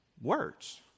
words